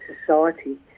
society